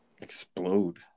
explode